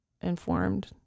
informed